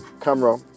camera